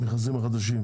במכרזים החדשים.